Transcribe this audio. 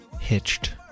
hitched